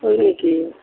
হয় নেকি